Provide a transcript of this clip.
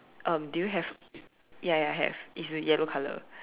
um do you have ya ya have it's with yellow colour